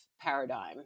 paradigm